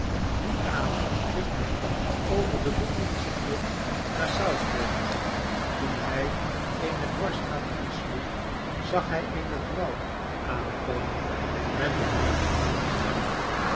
dien avond ging hij over den londensche brug naar southwark toen hij eene dwarsstraat insloeg zag hij eene vrouw aankomen met een mandje aan haararm